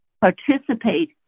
participate